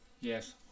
yes